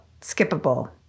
skippable